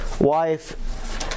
wife